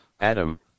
adam